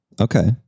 okay